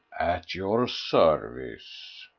at your service,